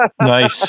Nice